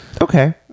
Okay